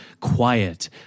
quiet